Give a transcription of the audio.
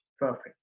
Perfect